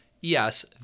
yes